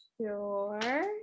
Sure